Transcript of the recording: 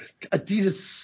Adidas